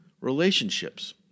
relationships